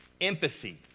empathy